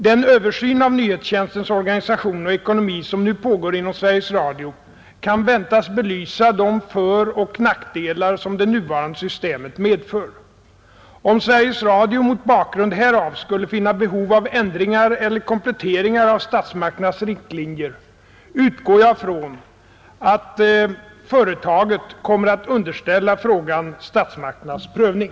Den översyn av nyhetstjänstens organisation och ekonomi som nu pågår inom Sveriges Radio kan väntas belysa de föroch nackdelar som det nuvarande systemet medför. Om Sveriges Radio mot bakgrund härav skulle finna behov av ändringar eller kompletteringar av statsmakternas riktlinjer, utgår jag från att företaget kommer att underställa frågan statsmakternas prövning.